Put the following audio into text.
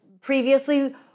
previously